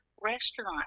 restaurant